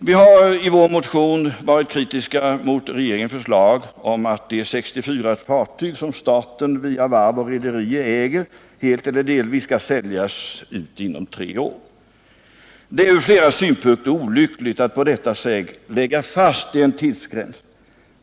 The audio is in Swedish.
Vi är i vår motion kritiska mot regeringens förslag om att de 64 fartyg som staten via varv och rederier äger helt eller delvis skall säljas ut inom tre år. Det är ur flera synpunkter olyckligt att på detta sätt lägga fast en tidsgräns.